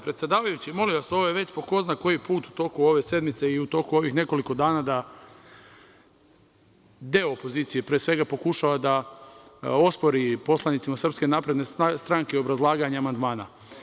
Predsedavajući, molim vas, ovo je već ko zna koji put u toku ove sednice i u toku ovih nekoliko dana da deo opozicije pre svega pokušava da ospori poslanicima SNS obrazlaganje amandmana.